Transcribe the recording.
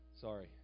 sorry